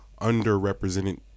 underrepresented